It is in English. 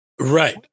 right